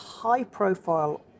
high-profile